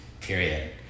period